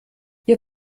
ihr